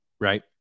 Right